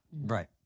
Right